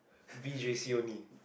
V_J_C only